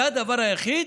זה דבר היחיד?